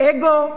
אגו?